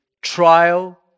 trial